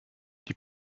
die